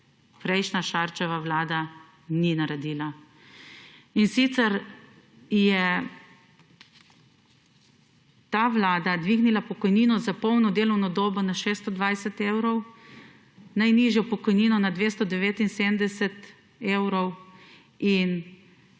prejšnja Šarčeva Vlada ni naredila. In sicer, je ta Vlada dvignila pokojnino za polno delovno dobo na 620 evrov, najnižjo pokojnino na 279 evrov in